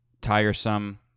tiresome